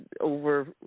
over